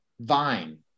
Vine